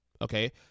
okay